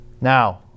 Now